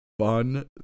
Fun